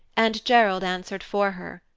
and gerald answered for her.